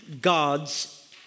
God's